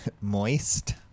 moist